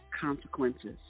consequences